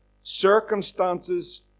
circumstances